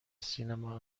سینما